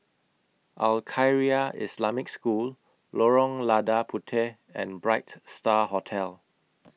Al Khairiah Islamic School Lorong Lada Puteh and Bright STAR Hotel